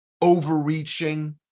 overreaching